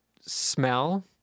smell